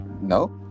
No